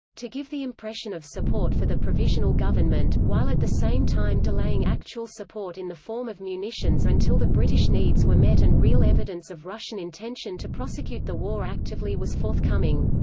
to give the impression of support for the provisional government, while at the same time delaying actual support in the form of munitions until the british needs were met and real evidence of russian intention to prosecute the war actively was forthcoming.